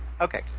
Okay